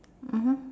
mmhmm